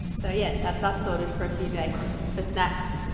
so yeah, that's us sorted for a few days for snacks.